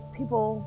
people